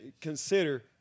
consider